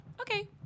Okay